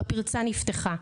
הפרצה נפתחה.